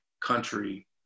country